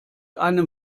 einem